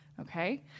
Okay